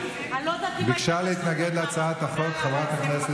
אני לא יודעת מתי היית בסופר פעם אחרונה.